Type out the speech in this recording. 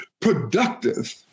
productive